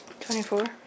24